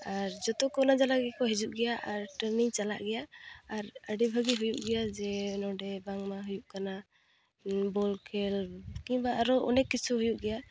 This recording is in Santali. ᱟᱨ ᱡᱚᱛᱚ ᱠᱚ ᱚᱱᱟ ᱡᱟᱞᱟ ᱜᱮᱠᱚ ᱦᱤᱡᱩᱜ ᱜᱮᱭᱟ ᱟᱨ ᱴᱨᱱᱤᱝ ᱪᱟᱞᱟᱜ ᱜᱮᱭᱟ ᱟᱨ ᱟᱹᱰᱤ ᱵᱷᱟᱜᱤ ᱦᱩᱭᱩ ᱜᱮᱭᱟ ᱡᱮ ᱱᱚᱸᱰᱮ ᱵᱟᱝᱢᱟ ᱦᱩᱭᱩᱜ ᱠᱟᱱᱟ ᱵᱚᱞᱠᱷᱮᱞ ᱠᱤᱢᱵᱟ ᱟᱨᱚ ᱚᱱᱮᱠ ᱠᱤᱪᱷᱩ ᱦᱩᱭᱩᱜ ᱜᱮᱭᱟ